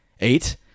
Eight